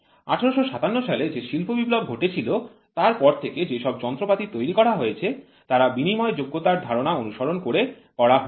১৮৫৭ সালে যে শিল্প বিপ্লব ঘটেছিল তারপর থেকে যেসব যন্ত্রপাতি তৈরি করা হয়েছে তার বিনিময় যোগ্যতার ধারণা অনুসরণ করে করা হয়েছে